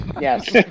Yes